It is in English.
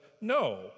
no